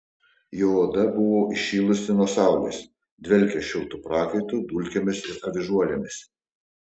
jo oda buvo įšilusi nuo saulės dvelkė šiltu prakaitu dulkėmis ir avižuolėmis